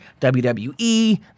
wwe